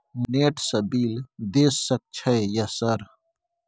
Net से bill देश सक छै यह सर?